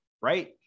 right